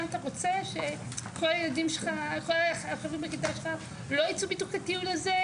מה אתה רוצה שכל הילדים שלך כל החברים בכיתה שלך לא ייצאו לטיול הזה,